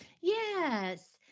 Yes